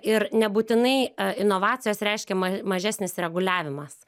ir nebūtinai inovacijos reiškia ma mažesnis reguliavimas